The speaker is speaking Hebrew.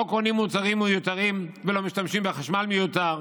לא קונים מוצרים מיותרים ולא משתמשים בחשמל מיותר,